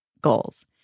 goals